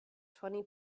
twenty